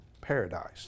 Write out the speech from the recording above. paradise